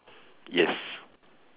yes